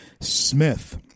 Smith